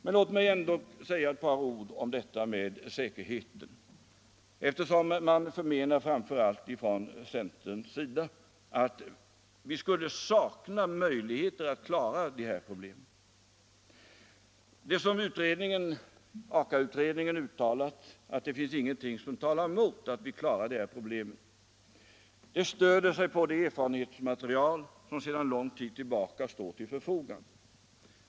Men låt mig ändå säga ett par ord om säkerheten, eftersom man, framför allt från centerns sida, förmenar att vi skulle sakna möjligheter att klara de problemen. Aka-utredningen har sagt att det inte finns någonting som talar emot att vi klarar det här problemet. Detta stöder sig på det erfarenhetsmaterial som sedan långt tillbaka står till förfogande.